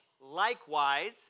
Likewise